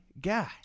guy